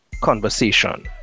conversation